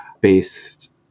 based